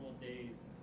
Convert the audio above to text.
days